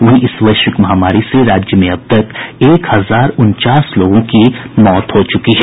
वहीं इस वैश्विक महामारी से राज्य में अब तक एक हजार उनचास लोगों की मौत हो चुकी है